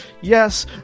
Yes